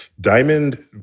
Diamond